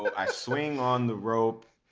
i swing on the rope,